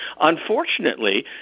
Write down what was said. Unfortunately